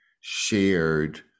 shared